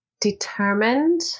Determined